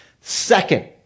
Second